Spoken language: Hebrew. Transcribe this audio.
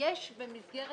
שיש במסגרת